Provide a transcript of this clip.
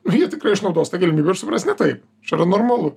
jie tikrai išnaudos tą galimybę ir supras ne taip čia yra normalu